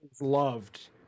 Loved